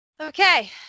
Okay